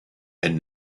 and